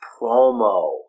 promo